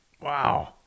Wow